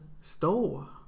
store